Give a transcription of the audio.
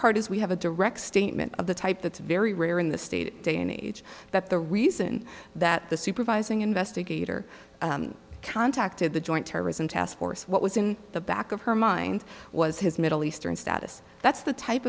part is we have a direct statement of the type that's very rare in the state day and age that the reason that the supervising investigator contacted the joint terrorism task force what was in the back of her mind was his middle eastern status that's the type